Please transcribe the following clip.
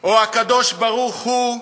או הקדוש-ברוך-הוא,